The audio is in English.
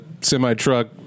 semi-truck